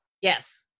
Yes